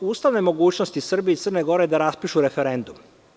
ustavne mogućnosti Srbiji i Crnoj Gori da raspišu referendum.